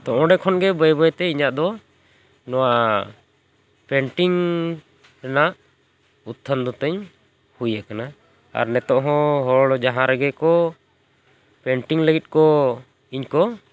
ᱛᱚ ᱚᱸᱰᱮ ᱠᱷᱚᱱᱟᱜᱮ ᱵᱟᱹᱭ ᱵᱟᱹᱭ ᱛᱮ ᱤᱧᱟᱹᱜ ᱫᱚ ᱱᱚᱣᱟ ᱯᱮᱱᱴᱤᱝ ᱨᱮᱱᱟᱜ ᱩᱛᱫᱽᱛᱷᱟᱹᱱ ᱫᱚ ᱛᱤᱧ ᱦᱩᱭᱟᱠᱟᱱᱟ ᱟᱨ ᱱᱤᱛᱚᱜ ᱦᱚᱸ ᱦᱚᱲ ᱡᱟᱦᱟᱸ ᱨᱮᱜᱮ ᱠᱚ ᱯᱮᱱᱴᱤᱝ ᱞᱟᱹᱜᱤᱫ ᱠᱚ ᱤᱧ ᱠᱚ